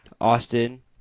Austin